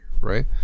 right